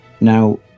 Now